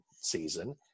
season